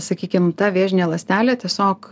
sakykim ta vėžinė ląstelė tiesiog